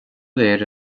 léir